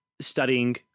studying